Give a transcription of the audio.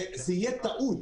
וזו תהיה טעות,